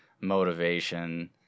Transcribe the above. motivation